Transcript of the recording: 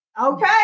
Okay